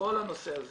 לכל הנושא הזה